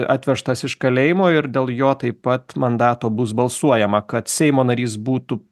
atvežtas iš kalėjimo ir dėl jo taip pat mandato bus balsuojama kad seimo narys būtų